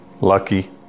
Lucky